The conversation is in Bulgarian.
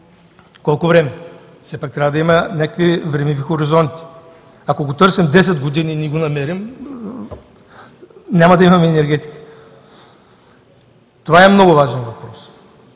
колко време? Все пак трябва да има някакви времеви хоризонти. Ако го търсим десет години и не го намерим, няма да имаме енергетика. Това е много важен въпрос.